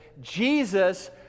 Jesus